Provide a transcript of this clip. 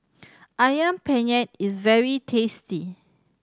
Ayam Penyet is very tasty